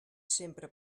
sempre